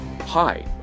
Hi